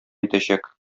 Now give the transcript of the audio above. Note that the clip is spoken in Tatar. итәчәк